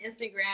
instagram